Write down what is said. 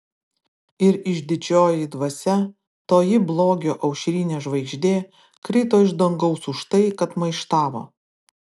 ir išdidžioji dvasia toji blogio aušrinė žvaigždė krito iš dangaus už tai kad maištavo